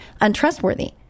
untrustworthy